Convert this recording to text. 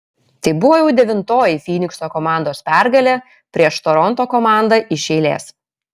tai buvo jau devintoji fynikso komandos pergalė prieš toronto komandą iš eilės